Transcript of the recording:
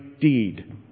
deed